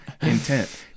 intent